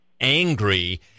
angry